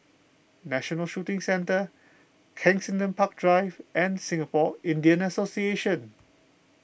National Shooting Centre Kensington Park Drive and Singapore Indian Association